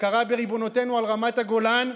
הכרה בריבונותנו על רמת הגולן,